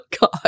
God